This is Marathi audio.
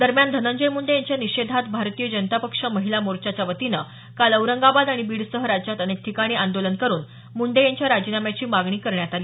दरम्यान धनंजय मुंडे यांच्या निषेधात भारतीय जनता पक्ष महिला मोर्चाच्या वतीनं काल औरंगाबाद आणि बीडसह राज्यात अनेक ठिकाणी आंदोलन करून मुंडे यांच्या राजीनाम्याची मागणी करण्यात आली